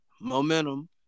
momentum